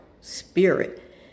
spirit